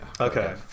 Okay